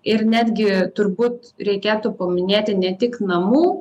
ir netgi turbūt reikėtų paminėti ne tik namų